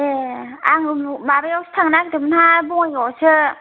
ए आं माबायावसो थांनो नागेरदोंमोनहाय बङाइगाव आवसो